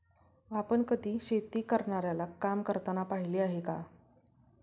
आपण कधी शेती करणाऱ्याला काम करताना पाहिले आहे का?